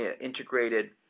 integrated